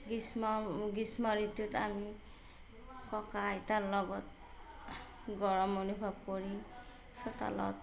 গ্ৰীষ্ম গ্ৰীষ্ম ঋতুত আমি ককা আইতাৰ লগত গৰম অনুভৱ কৰি চোতালত